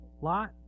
Lot